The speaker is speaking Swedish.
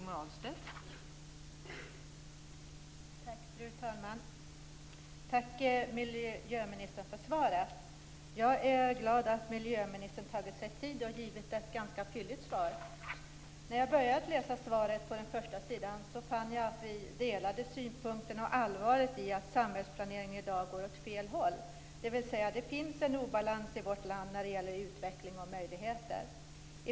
Fru talman! Tack för svaret, miljöministern. Jag är glad att miljöministern tagit sig tid och givit ett ganska fylligt svar. När jag började att läsa den första sidan av svaret fann jag att vi delar synpunkterna och allvaret i att samhällsplaneringen i dag går åt fel håll. Det finns en obalans i vårt land när det gäller utveckling och möjligheter.